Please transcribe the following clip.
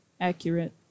accurate